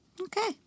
Okay